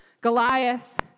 Goliath